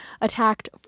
attacked